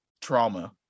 trauma